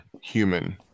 human